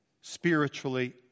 spiritually